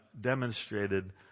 demonstrated